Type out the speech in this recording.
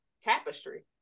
tapestry